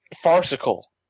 farcical